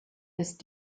ist